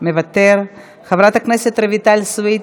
מוותר, חברת הכנסת רויטל סויד,